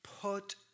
put